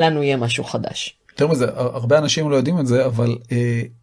לנו יהיה משהו חדש. יותר מזה, הרבה אנשים לא יודעים את זה, אבל